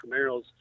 Camaros